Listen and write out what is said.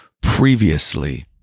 previously